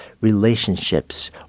relationships